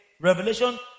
Revelation